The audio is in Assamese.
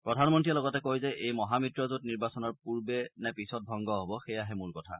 প্ৰধানমন্ত্ৰীয়ে লগতে কয় যে এই মহামিত্ৰজোঁট নিৰ্বাচনৰ পূৰ্বে নে পিছত ভংগ হ'ব সেয়াহে মূল কথা